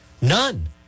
None